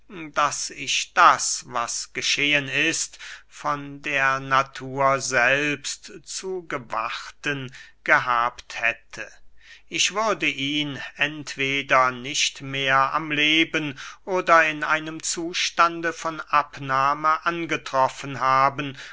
daß ich das was geschehen ist von der natur selbst zu gewarten gehabt hätte ich würde ihn entweder nicht mehr am leben oder in einem zustande von abnahme angetroffen haben